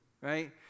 Right